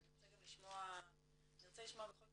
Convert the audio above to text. תודה נטע.